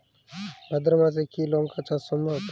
ভাদ্র মাসে কি লঙ্কা চাষ সম্ভব?